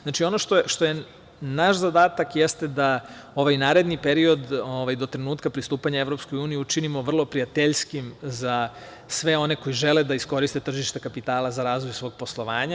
Znači, ono što je naš zadatak jeste da ovaj naredni period do trenutka pristupanja EU učinimo vrlo prijateljskim za sve one koji žele da iskoriste tržište kapitala za razvoj svog poslovanja.